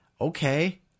Okay